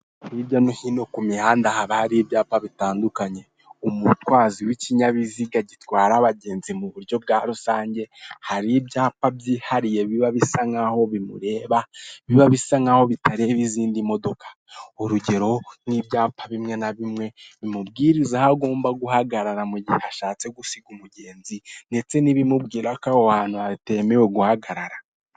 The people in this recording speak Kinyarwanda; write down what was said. Hirya no hino haba hari ibyapa bitandukanye umutwazi w'ikinyabiziga gitwara abagenzi mu buryo bwa rusange hari ibyapa byihariye biba bisa nkaho bimureba biba bisa nkaho bitareba izindi modoka, urugero ni ibyapa bimwe na bimwe bimubwiriza aho agomba guhagarara mu gihe ashatse gusiga umugenzi ndetse n'ibimubwira ko aho hantu hatemewe guhagarara.